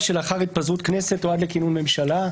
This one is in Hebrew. התקופה שלאחר התפזרות כנסת או עד כינון הממשלה?